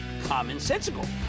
commonsensical